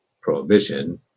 prohibition